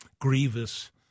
grievous